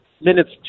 minutes